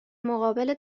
مقابل